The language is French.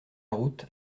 route